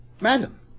madam